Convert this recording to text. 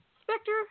Spectre